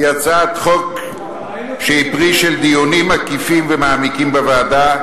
היא הצעת חוק שהיא פרי של דיונים מקיפים ומעמיקים בוועדה,